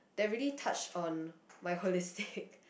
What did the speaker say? that really touch on my holistic